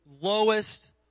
lowest